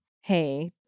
hey